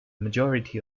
majority